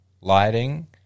lighting